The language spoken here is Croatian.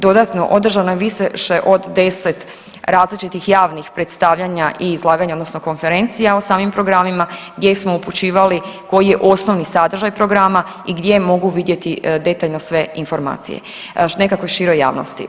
Dodatno, održano je više od 10 različitih javnih predstavljanja i izlaganja odnosno konferencija o samim programima gdje smo upućivali koji je osnovni sadržaj programa i gdje mogu vidjeti detaljno sve informacije nekakvoj široj javnosti.